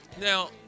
Now